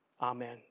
Amen